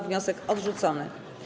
Wniosek odrzucony.